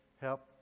help